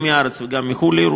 גם מהארץ וגם מחוץ-לארץ,